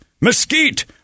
Mesquite